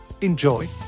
enjoy